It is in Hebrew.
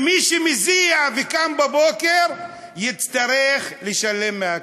מי שמזיע וקם בבוקר, יצטרך לשלם מהכיס.